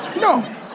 No